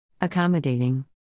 Accommodating